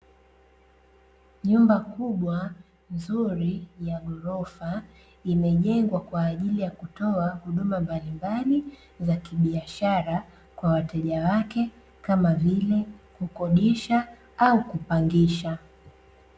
Nyumba kubwa, nzuri ya ghorofa, imejengwa kwa ajili ya kutoa huduma mbalimbali za kibiashara kwa wateja wake, kama vile kukodisha au kupangisha.